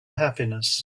happiness